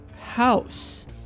house